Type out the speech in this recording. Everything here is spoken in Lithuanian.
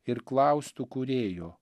ir klaustų kūrėjo